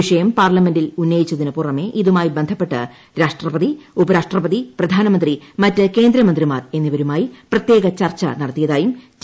വിഷയം പാർലമെന്റിൽ ഉന്നയിച്ചതിന് പുറമെ ഇതുമായി ബന്ധപ്പെട്ട് രൂാഷ്ട്രപതി ഉപരാഷ്ട്രപതി പ്രധാനമന്ത്രി മറ്റ് കേന്ദ്ര മൃന്തിമാർ എന്നിവരുമായി പ്രത്യേക ചർച്ച നടത്തിയതായും ടി